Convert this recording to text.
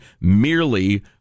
Merely